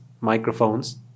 microphones